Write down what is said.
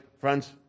friends